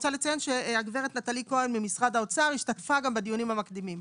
הגב' נטלי כהן ממשרד האוצר השתתפה בדיונים המקדימים.